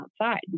outside